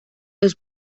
los